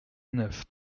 neuf